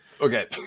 Okay